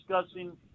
discussing